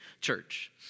church